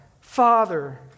Father